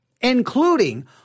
including